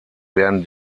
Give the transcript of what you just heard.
werden